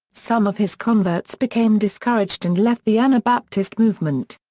some of his converts became discouraged and left the anabaptist movement.